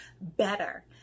better